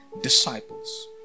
disciples